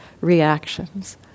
reactions